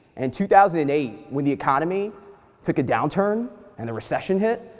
and two thousand and eight, when the economy took a downturn and the recession hit,